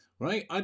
Right